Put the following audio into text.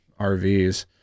RVs